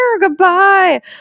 goodbye